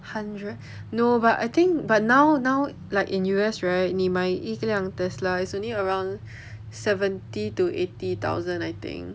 hundred no but I think but now now like in U_S right 你买一辆 tesla it's only around seventy to eighty thousand I think